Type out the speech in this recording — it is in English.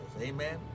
Amen